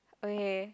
okay